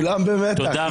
תודה.